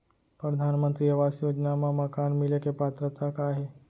परधानमंतरी आवास योजना मा मकान मिले के पात्रता का हे?